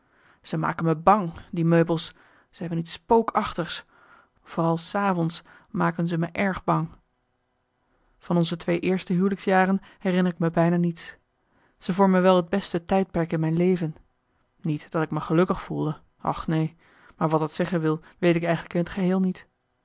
ze maken me bang die meubels ze hebben iets spookachtigs vooral s avonds maken ze me erg bang van onze twee eerste huwelijksjaren herinner ik me bijna niets ze vormen wel het beste tijdperk in mijn marcellus emants een nagelaten bekentenis leven niet dat ik me gelukkig voelde och neen maar wat dat zeggen wil weet ik eigenlijk in t geheel niet